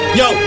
yo